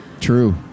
True